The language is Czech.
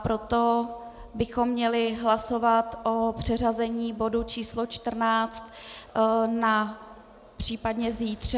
Proto bychom měli hlasovat o přeřazení bodu číslo 14 na případně zítřek.